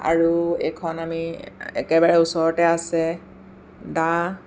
আৰু এখন আমি একেবাৰে ওচৰতে আছে ড্য